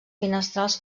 finestrals